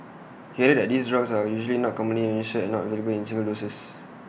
he added that these drugs are usually not commonly administered and not available in single doses